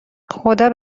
خدا